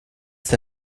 ist